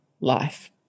life